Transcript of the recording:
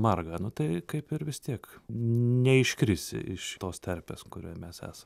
marga nu tai kaip ir vis tiek neiškrisi iš šitos terpės kurioj mes esam